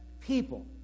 people